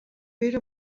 pere